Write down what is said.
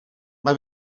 mae